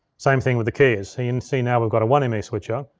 same thing with the keyers. see, and see now, we've got a one m e switcher.